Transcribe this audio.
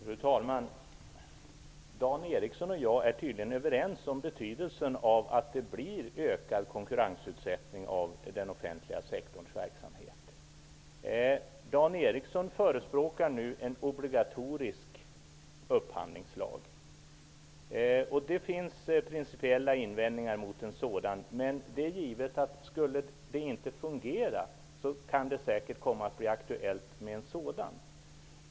Fru talman! Dan Eriksson i Stockholm och jag är tydligen överens om betydelsen av att det blir ökad konkurrensutsättning av den offentliga sektorns verksamhet. Dan Eriksson förespråkar nu en obligatorisk upphandlingslag. Det finns principiella invändningar mot en sådan, men det är givet att det kan komma att bli aktuellt med en sådan lag, om detta inte skulle fungera.